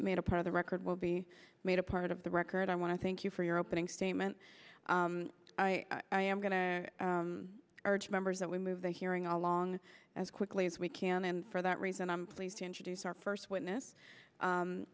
made a part of the record will be made a part of the record i want to thank you for your opening statement i am going to urge members that we move the hearing along as quickly as we can and for that reason i'm pleased to introduce our first witness